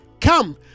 come